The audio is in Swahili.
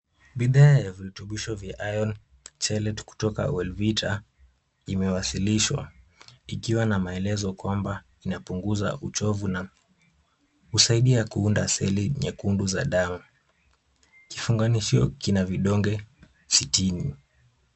Bidhaa ya virutubisho vya Iron Chelete kutoka WellVita imewasilishwa, ikiwa na maelezo kwamba inapunguza uchovu na husaidia kuunda celi nyekunsu za damu. Kifunganishio kina vidonge sitini.